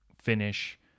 finish